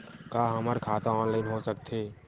का हमर खाता ऑनलाइन हो सकथे?